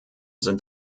sind